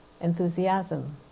enthusiasm